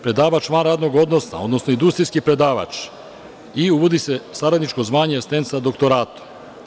Predavač van radnog odnosa, odnosno industrijski predavač i uvodi se saradničko zvanje – asistent sa doktoratom.